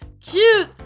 cute